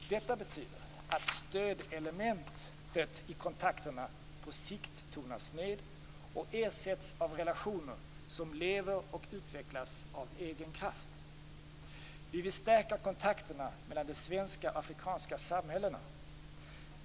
Detta betyder att stödelementet i kontakterna på sikt tonas ned och ersätts av relationer som lever och utvecklas av egen kraft. Vi vill stärka kontakterna mellan de svenska och afrikanska samhällena.